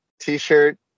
t-shirt